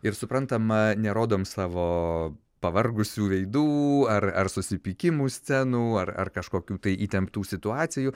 ir suprantama nerodom savo pavargusių veidų ar ar susipykimų scenų ar ar kažkokių tai įtemptų situacijų